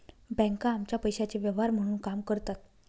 बँका आमच्या पैशाचे व्यवहार म्हणून काम करतात